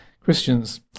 Christians